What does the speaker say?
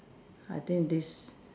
I think this